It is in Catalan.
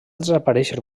desaparèixer